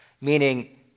meaning